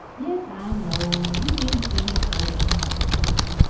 yes, i know. you didn't mean to hurt him, nodded susan.